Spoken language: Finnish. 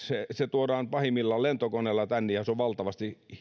tuodaan pahimmillaan lentokoneella tänne ja se on valtavasti